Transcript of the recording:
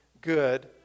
good